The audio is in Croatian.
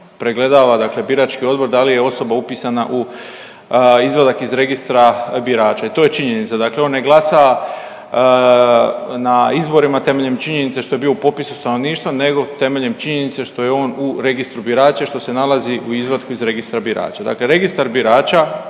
pregledava dakle birački odbor da li je osoba upisana u Izvadak iz registra birača i to je činjenica. Dakle, on ne glasa na izborima temeljem činjenice što je bio u popisu stanovništva, nego temeljem činjenice što je on u registru birača i što se nalazi u izvatku iz registra birača. Dakle, registar birača